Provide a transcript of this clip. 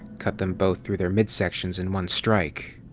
cut them both through their midsections in one strike.